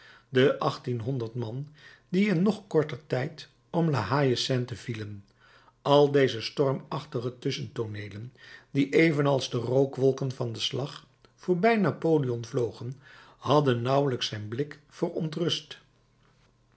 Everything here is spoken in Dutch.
de achttienhonderd man die in nog korter tijd om la haie sainte vielen al deze stormachtige tusschentooneelen die evenals de rookwolken van den slag voorbij napoleon vlogen hadden nauwelijks zijn blik verontrust